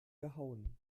gehauen